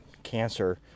cancer